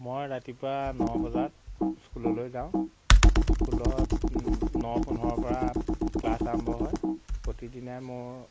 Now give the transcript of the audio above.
মই ৰাতিপুৱা ন বজাত স্কুললৈ যাওঁ স্কুলত ন পোন্ধৰৰ পৰা ক্লাছ আৰম্ভ হয় প্ৰতিদিনাই মোৰ